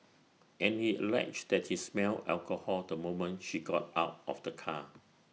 and he alleged that he smelled alcohol the moment she got out of the car